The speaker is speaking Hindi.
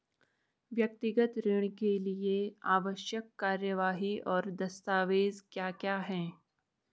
व्यक्तिगत ऋण के लिए आवश्यक कार्यवाही और दस्तावेज़ क्या क्या हैं?